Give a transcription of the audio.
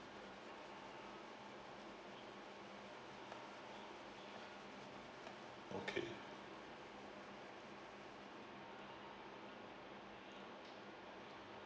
okay